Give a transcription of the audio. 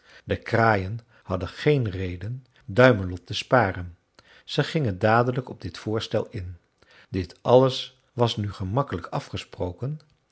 de kraaien hadden geen reden duimelot te sparen zij gingen dadelijk op dit voorstel in dit alles was nu gemakkelijk afgesproken